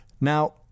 now